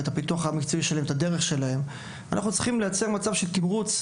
את הפיתוח המקצועי ואת הדרך שלהם אנחנו צריכים לייצר מצב של תמרוץ,